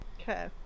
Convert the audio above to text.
Okay